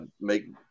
make